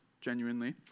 genuinely